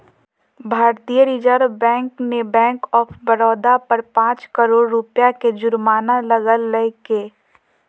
भारतीय reserve bank ने bank of Baroda पर पांच करोड़ रुपया के जुर्माना लगैलके